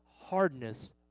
hardness